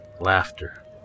laughter